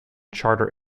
charter